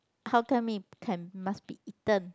how tell me can must be eaten